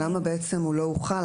למה בעצם הוא לא הוחל,